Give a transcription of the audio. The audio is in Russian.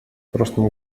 прошлом